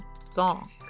song